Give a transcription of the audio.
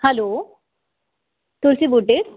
हलो Tulsi boutique